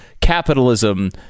capitalism